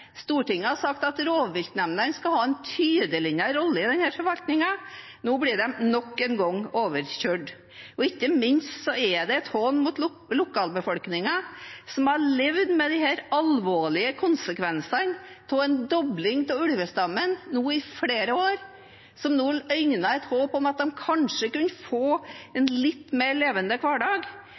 Stortinget har sagt at rovviltnemndene skal ha en tydelig rolle i denne forvaltningen – nå blir de nok en gang overkjørt. Ikke minst er det en hån mot lokalbefolkningen, som har levd med de alvorlige konsekvensene av en dobling av ulvestammen nå i flere år, og nå øynet et håp om at de kanskje kunne få en litt mer levelig hverdag,